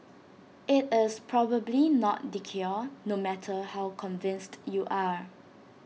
IT is probably not the cure no matter how convinced you are